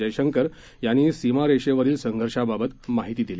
जयशंकर यांनी सीमारेषेवरील संघर्षाबाबत माहिती दिली